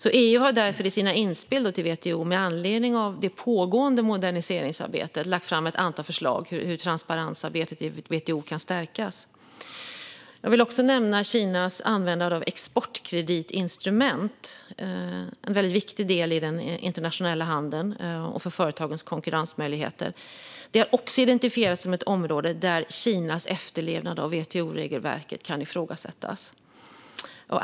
Med anledning av det pågående moderniseringsarbetet har EU därför, i sina inspel till WTO, lagt fram ett antal förslag om hur transparensarbetet i WTO kan stärkas. Jag vill också nämna Kinas användande av exportkreditinstrument, vilket är en viktig del i den internationella handeln och för företagens konkurrensmöjligheter. Det har också identifierats som ett område där Kinas efterlevnad av WTO-regelverket kan ifrågasättas.